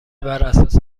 براساس